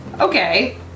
Okay